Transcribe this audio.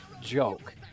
joke